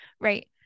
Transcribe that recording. right